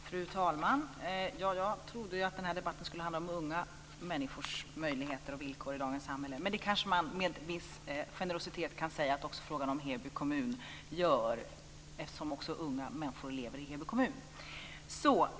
Fru talman! Jag trodde att den här debatten skulle handla om unga människors möjligheter och villkor i dagens samhälle, men det kanske man med viss generositet kan säga att också frågan om Heby kommun gör eftersom också unga människor lever i Heby kommun.